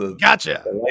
Gotcha